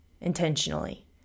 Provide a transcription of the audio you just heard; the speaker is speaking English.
intentionally